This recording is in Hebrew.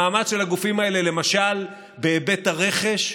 המאמץ של הגופים האלה, למשל בהיבט הרכש,